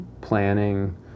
planning